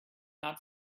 not